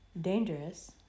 dangerous